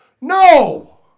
No